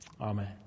Amen